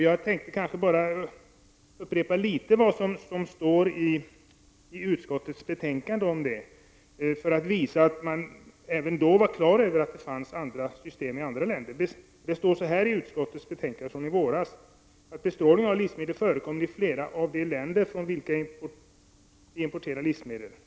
Jag vill upprepa något av det som står skrivet i jordbruksutskottets betänkande 1988/89:JoU14 för att visa att man även då var på det klara med att det fanns andra system i andra länder. I utskottets betänkande från i våras står följande: ”Bestrålning av livsmedel förekommer i flera av de länder från vilka vi importerar livsmedel.